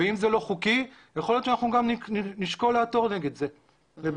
ואם זה לא חוקי יכול להיות שאנחנו נשקול לעתור נגד זה לבג"ץ,